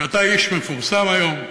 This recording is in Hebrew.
שאתה איש מפורסם היום.